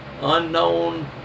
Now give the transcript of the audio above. unknown